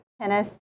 tennis